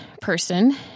person